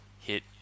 Hit